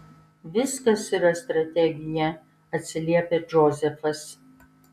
viskas yra strategija atsiliepia džozefas